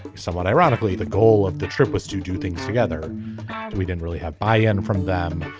somewhat ironically the goal of the trip was to do things together we didn't really have buy in from them.